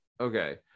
Okay